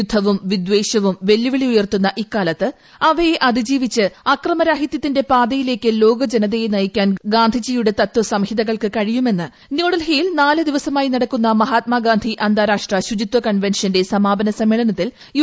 യുദ്ധവും വിദ്വേഷവും വെല്ലുവിളി ഉയർത്തുന്ന ഇക്കാലത്ത് അവയെ അതിജീവിച്ച് അക്രമരാഹിത്യത്തിന്റെ ിപ്പാതയിലേയ്ക്ക് ലോക ജനതയെ നയിക്കാൻ ഗാന്ധിയുടെ തൃശ്ശ്ര്ഹ്ഠിതകൾക്ക് കഴിയുമെന്ന് ന്യൂഡൽഹിയിൽ നാല് ദിവസമായി കന്ടക്കുന്ന മഹാത്മാഗാന്ധി അന്താരാഷ്ട്ര ശുചിത്വ കൺവെർഷ്ന്റെ സമാപന സമ്മേളനത്തിൽ യു